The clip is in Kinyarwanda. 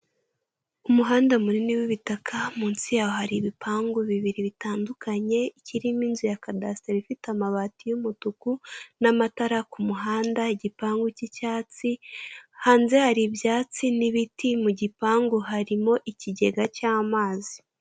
Umuhanda munini w'ibitaka munsi yawo hari ibipangu bibiri bitandukanye. Ikirimo inzu ya kadasitere ifite amabati y'umutuku n'amatara ku muhanda, igipangu cy'icyatsi hanze hari ibyatsi n'ibiti, mu gipangu harimo ikigega cy'amazi.